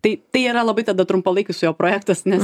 tai tai yra labai tada trumpalaikis su juo projektas nes